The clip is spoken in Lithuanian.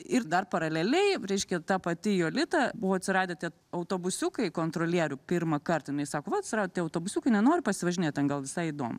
ir dar paraleliai reiškia ta pati jolita buvo atsiradę tie autobusiukai kontrolierių pirmą kartą jinai sako va atsirado tie autobusiukai nenori pasivažinėt ten gal visai įdomu